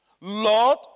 Lord